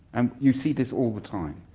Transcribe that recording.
and you see this all the time.